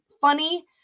funny